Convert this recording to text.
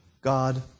God